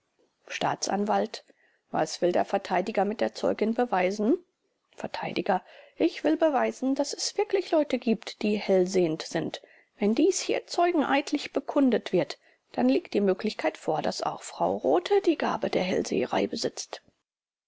staatsanwalt was will der verteidiger mit der zeugin beweisen vert ich will beweisen daß es wirklich leute gibt die hellsehend sind wenn dies hier zeugeneidlich bekundet wird dann liegt die möglichkeit vor daß auch frau rothe die gabe der hellseherei besitzt